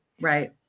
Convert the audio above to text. right